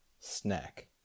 Snack